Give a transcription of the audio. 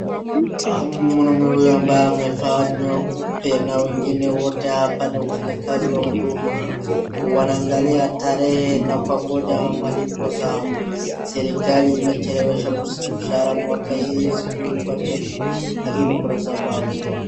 Mwanamume huyu ambaye amevaa nyeupe na wengine wote hapa ni wafanyakazi wa huduma. Wanaangalia tarehe na kwangoja malipo zao. Serikali imechelewesha mshahara mwaka hii, sijui kwa nini, lakini kuna sababu.